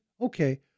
Okay